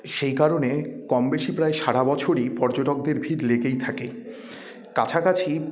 সেই কারণে কম বেশি প্রায় সারা বছরই পর্যটকদের ভিড় লেগেই থাকে কাছাকাছি